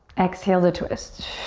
exhale to twist.